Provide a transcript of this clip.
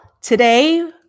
today